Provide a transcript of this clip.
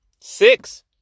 six